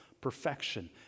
perfection